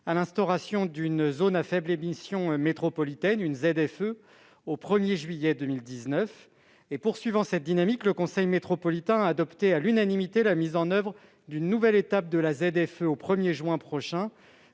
à l'instauration d'une zone à faibles émissions, ou ZFE, métropolitaine au 1 juillet 2019. Poursuivant cette dynamique, le conseil métropolitain a adopté à l'unanimité la mise en oeuvre d'une nouvelle étape de la ZFE au 1 juin prochain,